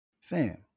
Fam